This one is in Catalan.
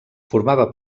formava